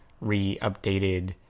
re-updated